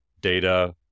data